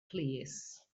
plîs